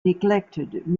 neglected